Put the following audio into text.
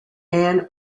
and